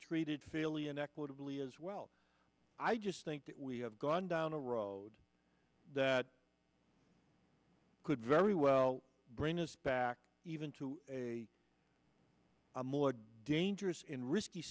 treated fairly and equitably as well i just think that we have gone down a road that could very well bring us back even to a more dangerous in risky